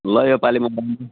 ल यो पालि म